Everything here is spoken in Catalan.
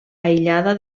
aïllada